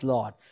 Lord